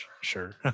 Sure